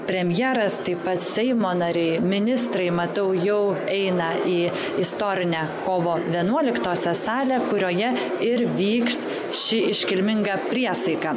premjeras taip pat seimo nariai ministrai matau jau eina į istorinę kovo vienuoliktosios salę kurioje ir vyks ši iškilminga priesaika